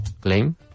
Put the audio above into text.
Claim